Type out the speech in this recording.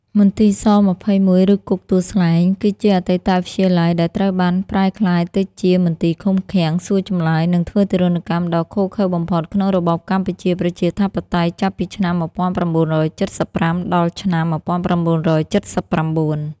មន្ទីរស-២១ ឬគុកទួលស្លែង គឺជាអតីតវិទ្យាល័យដែលត្រូវបានប្រែក្លាយទៅជាមន្ទីរឃុំឃាំង សួរចម្លើយ និងធ្វើទារុណកម្មដ៏ឃោរឃៅបំផុតក្នុងរបបកម្ពុជាប្រជាធិបតេយ្យ ចាប់ពីឆ្នាំ១៩៧៥ ដល់ឆ្នាំ១៩៧៩។